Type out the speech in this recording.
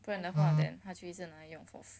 不然的话 that 他就一直拿来用